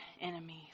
enemies